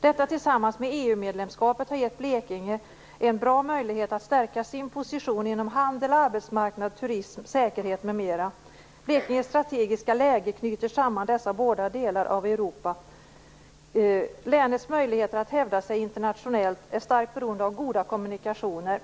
Detta har tillsammans med EU-medlemskapet gett Blekinge en bra möjlighet att stärka sin position inom handel, arbetsmarknad, turism, säkerhet m.m. Blekinges strategiska läge knyter samman dessa båda delar av Europa. Länets möjligheter att hävda sig internationellt är starkt beroende av goda kommunikationer.